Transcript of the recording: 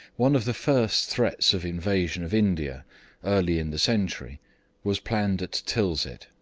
one of the first threats of invasion of india early in the century was planned at tilsit,